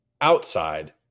outside